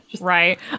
Right